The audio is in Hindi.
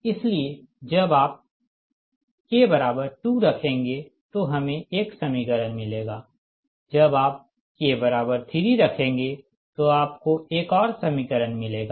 इसलिए जब आप k2 रखेंगे तो हमें एक समीकरण मिलेगा जब आप k3 रखेंगे तो आपको एक और समीकरण मिलेगा